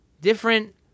different